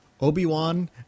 Obi-Wan